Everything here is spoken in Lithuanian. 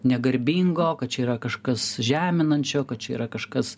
negarbinga o kad čia yra kažkas žeminančio kad čia yra kažkas